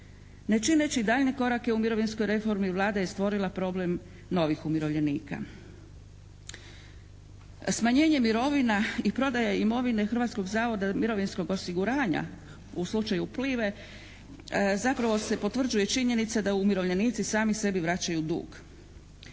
Ne čineći daljnje korake u mirovinskoj reformi Vlada je stvorila problem novih umirovljenika. Smanjenje mirovina i prodaja imovine Hrvatskog zavoda mirovinskog osiguranja u slučaju "Plive" zapravo se potvrđuje činjenica da umirovljenici sami sebi vraćaju dug.